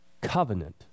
covenant